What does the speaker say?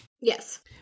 yes